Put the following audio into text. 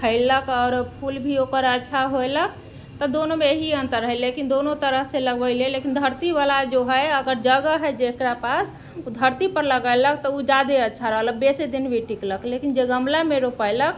फैललक आओर फूल भी ओकर अच्छा होयलक तऽ दोनोमे एही अन्तर हय लेकिन दोनो तरहसँ लगबैली लेकिन धरतीवला जो हय अगर जगह हय जकरा पास उ धरतीपर लगेलक तऽ उ जादे अच्छा रहलक बेसी दिन भी टिकलक जे गमलामे रोपैलक